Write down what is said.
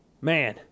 man